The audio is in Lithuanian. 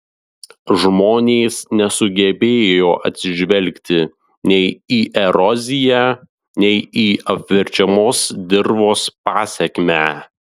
žmonės nesugebėjo atsižvelgti nei į eroziją nei į apverčiamos dirvos pasekmę